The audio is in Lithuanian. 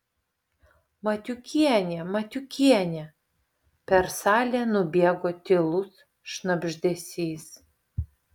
matiukienė matiukienė per salę nubėgo tylus šnabždesys